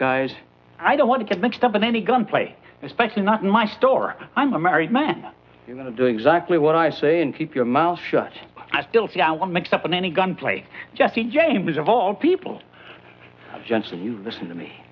guys i don't want to get mixed up in any gun play especially not in my store i'm a married man you're going to do exactly what i say and keep your mouth shut i still see one mixed up in any gun play jesse james of all people jensen you listen to me